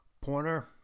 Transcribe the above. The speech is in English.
pointer